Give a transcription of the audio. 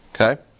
Okay